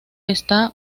está